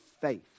faith